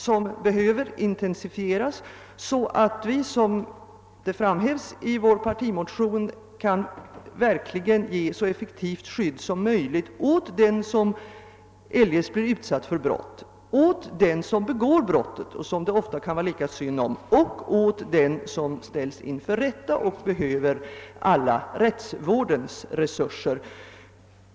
Detta måste intensifieras för att — som vi säger i vår motion — ge ett så effektivt skydd som möjligt åt den som eljest blir utsatt för brott, åt den som begår brottet och som det ofta kan vara lika synd om och åt den som ställs inför rätta och behöver rättsvårdens alla resurser.